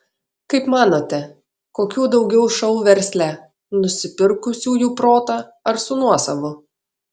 kaip manote kokių daugiau šou versle nusipirkusiųjų protą ar su nuosavu